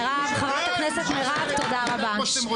חבר הכנסת גינזבורג,